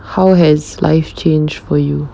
how has life change for you